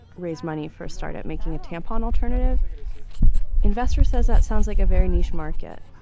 raise money for a startup making a tampon alternative investor says that sounds like a very niche market